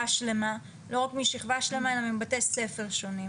שלמה - לא רק משכבה שלמה אלא מבתי ספר שונים.